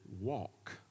walk